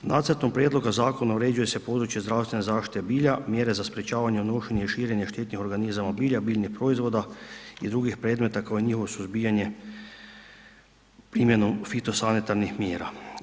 Nacrtom prijedloga zakona uređuje se područje zdravstvene zaštite bilja, mjere za sprečavanje, unošenje i širenje štetnih organizama bilja, biljnih proizvoda i drugih predmeta koje njihovo suzbijanje primjenom fitosanitarnih mjera.